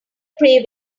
prey